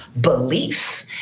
belief